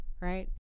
right